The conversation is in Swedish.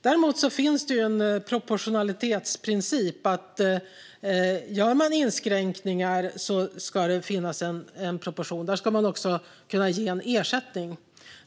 Däremot finns det en proportionalitetsprincip som handlar om att om man gör inskränkningar ska det finns en proportionalitet. Då ska det också kunna ges en ersättning. Fru talman!